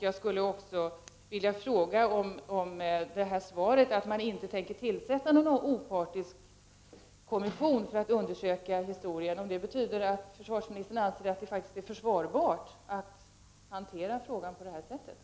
Jag skulle också vilja fråga om beskedet, att man inte tänker tillsätta någon opartisk kommission för att undersöka historien, betyder att försvarsministern faktiskt anser att det är försvarbart att hantera frågan på det sätt som skett?